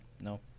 No